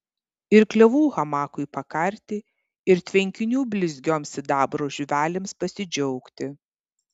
ir klevų hamakui pakarti ir tvenkinių blizgioms sidabro žuvelėms pasidžiaugti